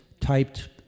typed